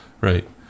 Right